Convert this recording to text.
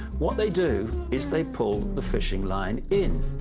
what they do is they pull the fishing line in.